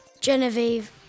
Genevieve